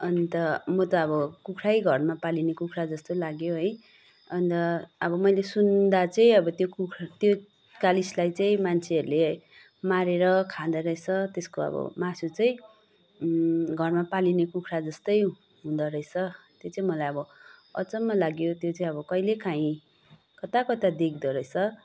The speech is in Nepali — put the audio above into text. अन्त म त अब कुखुरै घरमा पालिने कुखुरा जस्तो लाग्यो है अन्त अब मैले सुन्दा चाहिँ अब त्यो कालिजलाई चाहिँ मान्छेहरूले मारेर खाँदो रहेछ त्यसको मासु चाहिँ घरमा पालिने कुखुरा जस्तै हुँदो रहेछ त्यो चाहिँ मलाई अब चाहिँ अचम्म लाग्यो त्यो चाहिँ कहिले काहीँ कता कता देख्दो रहेछ